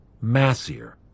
massier